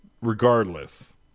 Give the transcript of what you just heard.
Regardless